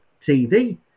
TV